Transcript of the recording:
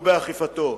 ובאכיפתו.